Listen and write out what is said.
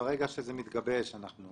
ברגע שזה מתגבש, אנחנו